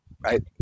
Right